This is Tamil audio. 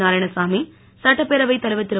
நாராயணசாமி சட்டப்பேரவைத் தலைவர் திரு